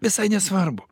visai nesvarbu